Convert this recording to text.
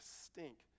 stink